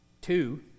Two